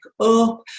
up